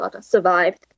survived